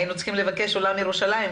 היינו צריכים לבקש את אולם ירושלים.